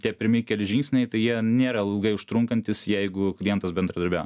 tie pirmi keli žingsniai tai jie nėra ilgai užtrunkantys jeigu klientas bendradarbiauja